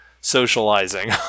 socializing